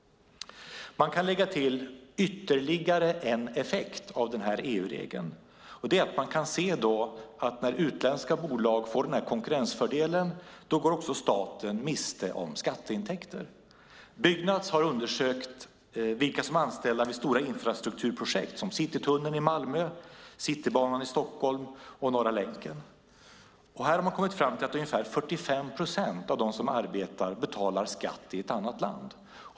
Man kan lägga till ytterligare en effekt av EU-regeln. Det är att man kan se att när utländska bolag får den konkurrensfördelen går också staten miste om skatteintäkter. Byggnads har undersökt vilka som är anställda vid stora byggnadsprojekt, Citytunneln i Malmö, Citybanan i Stockholm och Norra länken. Här har man kommit fram till att ungefär 45 procent av dem som arbetar betalar skatt i ett annat land.